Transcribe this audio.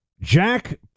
Jack